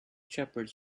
shepherds